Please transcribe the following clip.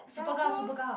velcro